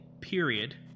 period